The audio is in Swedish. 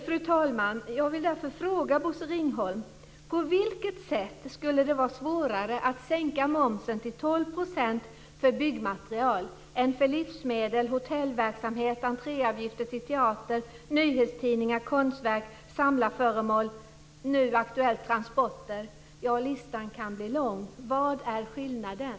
Fru talman! Jag vill därför fråga Bosse Ringholm: På vilket sätt skulle det vara svårare att sänka momsen till 12 % för byggmaterial än för livsmedel, hotellverksamhet, entréavgifter till teater, nyhetstidningar, konstverk, samlarföremål och nu senast transporter? Ja, listan kan bli lång. Vad är skillnaden?